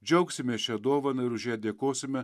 džiaugsimės šia dovana ir už ją dėkosime